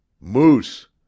moose